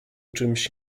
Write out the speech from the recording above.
czymś